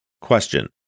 Question